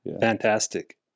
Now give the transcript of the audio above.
Fantastic